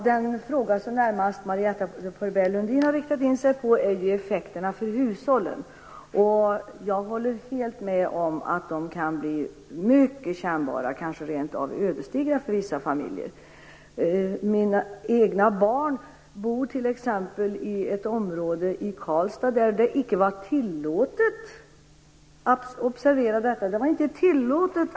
Herr talman! Den fråga som Marietta de Pourbaix Lundin har riktat in sig på är effekterna för hushållen. Jag håller helt med om att de kan bli mycket kännbara, kanske rent av ödesdigra för vissa familjer. Mina egna barn bor t.ex. i ett område i Karlstad där det icke var tillåtet - observera detta!